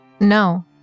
No